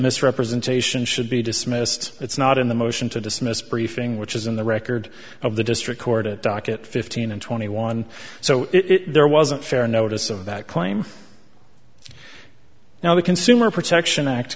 misrepresentation should be dismissed it's not in the motion to dismiss briefing which is in the record of the district court at docket fifteen and twenty one so it there wasn't fair notice of that claim now the consumer protection act